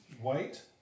white